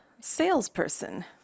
salesperson